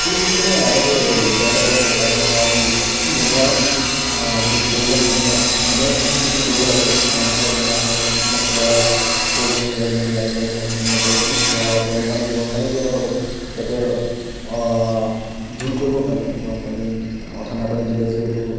খৰিখিনি মানে আগতে যোগাই ল'ব লগা হয় কাৰণ বনোৱাৰ পিছত যদি প্ৰয়োজন সময়ত সময়ত যিটো বস্তু দিব লাগে মা মচলা যিমান সময়ত মচলা প্ৰয়োজন হয় ধনিয়া দিয়া সময়ত ধনিয়া প্ৰয়োজন বা গৰম পানী গৰম পানী দিয়া হয় অলপ যাতে অলপ জোল কৰিব কাৰণে গৰম পানী ঠাণ্ডা পানী দিলে যিহেতু